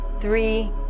three